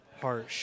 harsh